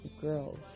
girls